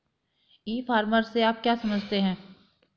ई commerce से आप क्या समझते हैं?